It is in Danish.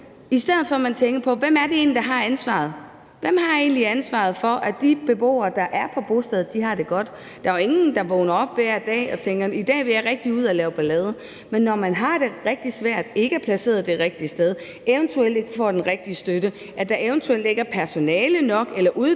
i stedet for at tænke på, hvem det egentlig er, der har ansvaret for, at de beboere, der er på bostedet, har det godt. Der er jo ingen, der vågner op hver dag og tænker: I dag vil jeg rigtig ud og lave ballade. Men når man har det rigtig svært og ikke er placeret det rigtige sted, eventuelt ikke får den rigtige støtte, når der eventuelt ikke er personale nok eller ikke